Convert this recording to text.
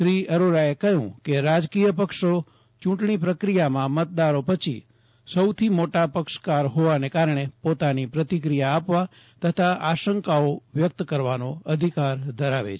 શ્રી અરોરાએ કહયું કે રાજકીય પક્ષો યુંટણી પ્રકિયામાં મતદારો પછી સૌથી મોટા પક્ષકાર હોવાને કારણે પોતાની પ્રતિક્રિયા આપવા તથા આશંકાઓ વ્યકત કરવાનો અધિકાર છે